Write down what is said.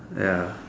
ya